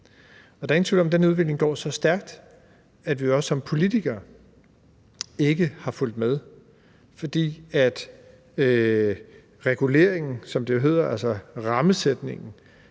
Der er ingen tvivl om, at den udvikling går så stærk, at vi som også politikere ikke har fulgt med, for reguleringen, som det